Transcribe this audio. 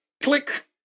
Click